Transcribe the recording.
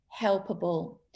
helpable